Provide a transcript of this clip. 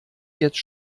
jetzt